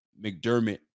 McDermott